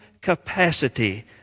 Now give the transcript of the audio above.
capacity